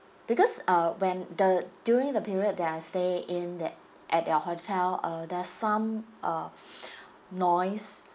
because uh when the during the period that I stay in that at your hotel uh there's some uh noise